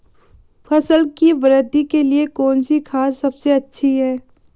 फसल की वृद्धि के लिए कौनसी खाद सबसे अच्छी है?